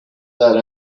that